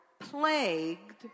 plagued